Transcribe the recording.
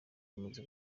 bamaze